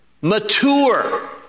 Mature